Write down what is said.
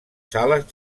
sales